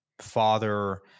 father